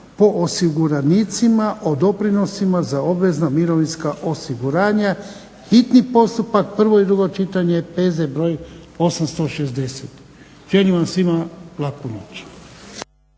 po osiguranicima o doprinosima za obvezna mirovinska osiguranja, hitni postupak, prvo i drugo čitanje P.Z. broj 860. Želim vam svima laku noć.